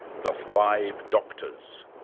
the five doctors